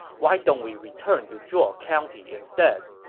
why don't we return to zhuo county instead.